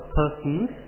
persons